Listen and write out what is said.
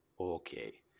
okay